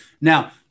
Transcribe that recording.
Now